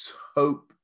hope